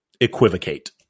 equivocate